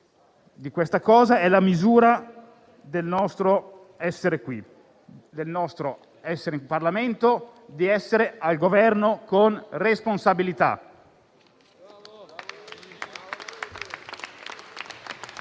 di questo è la misura del nostro essere qui, il nostro essere in Parlamento e di essere al Governo con responsabilità.